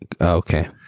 Okay